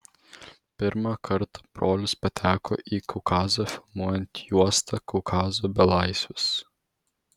pirmą kartą brolis pateko į kaukazą filmuojant juostą kaukazo belaisvis